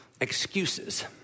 Excuses